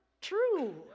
true